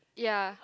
ya